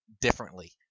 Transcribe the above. differently